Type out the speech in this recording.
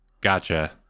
Gotcha